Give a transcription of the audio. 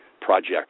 project